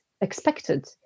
expected